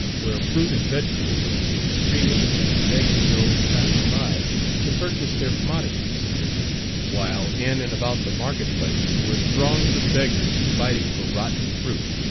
where fruit and vegetable women were screaming and begging those passing by to purchase their commodities while in and about the market-place were throngs of beggars fighting for rotten fruit,